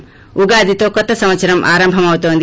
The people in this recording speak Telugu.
ఉగాదితో కొత్త సంవత్సరం ఆరంభం అవుతోంది